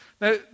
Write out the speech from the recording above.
Now